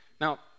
Now